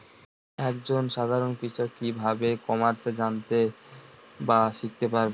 এক জন সাধারন কৃষক কি ভাবে ই কমার্সে জানতে বা শিক্ষতে পারে?